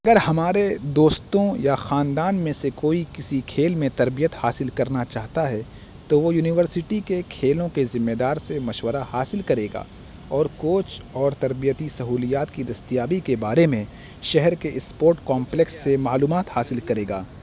اگر ہمارے دوستوں یا خاندان میں سے کوئی کسی کھیل میں تربیت حاصل کرنا چاہتا ہے تو وہ یونیورسٹی کے کھیلوں کے ذمہ دار سے مشورہ حاصل کرے گا اور کوچ اور تربیتی سہولیات کی دستیابی کے بارے میں شہر کے اسپورٹ کمپلیکس سے معلومات حاصل کرے گا